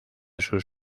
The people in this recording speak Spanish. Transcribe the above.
sus